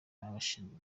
abashinzwe